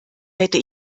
hätte